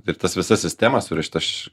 ir tas visas sistemas surašyt aš